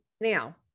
now